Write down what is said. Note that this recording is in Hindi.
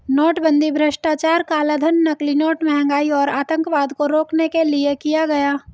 नोटबंदी भ्रष्टाचार, कालाधन, नकली नोट, महंगाई और आतंकवाद को रोकने के लिए किया गया